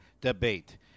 debate